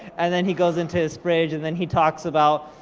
and then he goes into his fridge, and then he talks about,